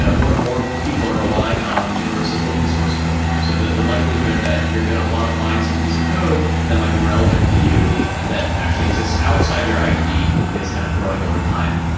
ah more and more people are relying on the universe of open source code. so the the likelihood that you're going to want to find some piece of code that might be relevant to you that actually exists outside your ide is kind of growing overtime.